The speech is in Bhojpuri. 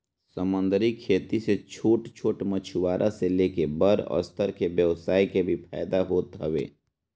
समंदरी खेती से छोट छोट मछुआरा से लेके बड़ स्तर के व्यवसाय के भी फायदा होत हवे